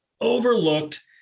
overlooked